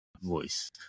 voice